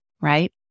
right